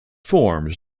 forms